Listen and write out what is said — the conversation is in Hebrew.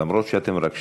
אף שאתם רק שניכם,